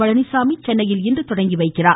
பழனிச்சாமி சென்னையில் இன்று தொடங்கி வைக்கிறார்